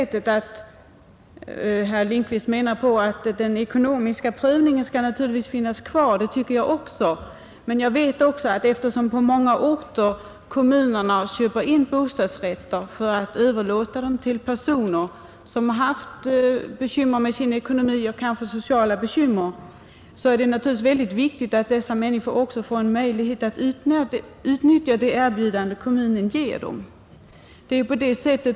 Herr Lindkvist tycker att den ekonomiska prövningen naturligtvis skall finnas kvar. Det anser även jag, men jag vet också att det — eftersom på många orter kommunerna inköper bostadsrätter för att överlåta dem till personer som har haft bekymmer med sin ekonomi och kanske dessutom sociala bekymmer — är viktigt att dessa människor får möjlighet att utnyttja det erbjudande som kommunen ger dem.